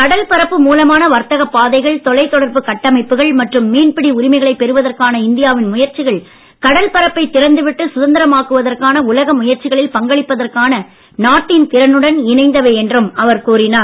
கடல் பரப்பு மூலமான வர்த்தகப் பாதைகள் தொலைதொடர்பு கட்டமைப்புகள் மற்றும் மீன்பிடி உரிமைகளை பெறுவதற்கான இந்தியாவின் முயற்சிகள் கடல் பரப்பை திறந்து விட்டு சுதந்திரமாக்குவதற்கான உலக முயற்சிகளில் பங்களிப்பதற்கான நாட்டின் திறனுடன் இணைந்தவை என்றும் அவர் கூறினார்